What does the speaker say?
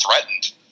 threatened